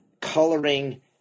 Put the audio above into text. coloring